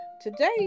Today